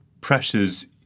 pressures